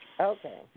Okay